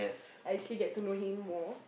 I actually get to know him more